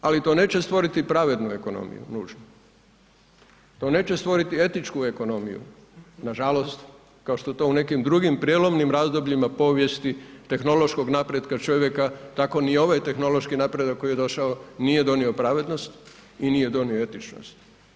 Ali to neće stvoriti pravednu ekonomiju nužno, to neće stvoriti etničku ekonomiju, nažalost kao što to u nekim drugim prijelomnim razdobljima povijesti, tehnološkog napretka čovjeka, tako ni ovaj tehnološki napredak koji je došao nije donio pravednost i nije donio etičnost.